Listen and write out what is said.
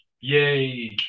yay